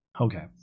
Okay